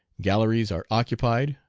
galleries are occupied,